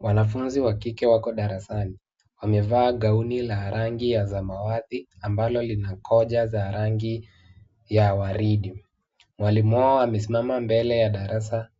Wanafunzi wa kike wako darasani. Wamevaa gown la rangi ya samawati ambalo lina koja za rangi ya waridi. Mwalimu wao amesimama mbele ya darasa